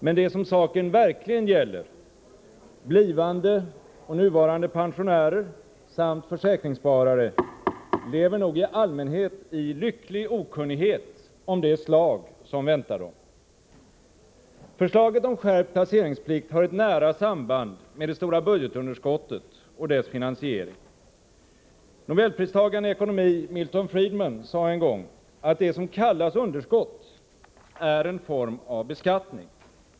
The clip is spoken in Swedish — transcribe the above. Men de som saken verkligen gäller — blivande och nuvarande pensionärer samt försäkringssparare — lever nog i allmänhet i lycklig okunnighet om det slag som väntar dem. Förslaget om skärpt placeringsplikt har ett nära samband med det stora budgetunderskottet och dess finansiering. Nobelpristagaren i ekonomi Milton Friedman sade en gång att det som kallas underskott är en form av beskattning.